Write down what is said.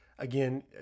again